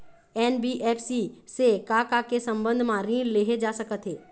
NBFC से का का के संबंध म ऋण लेहे जा सकत हे?